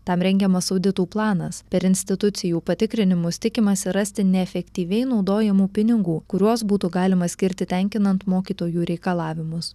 tam rengiamas auditų planas per institucijų patikrinimus tikimasi rasti neefektyviai naudojamų pinigų kuriuos būtų galima skirti tenkinant mokytojų reikalavimus